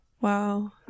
Wow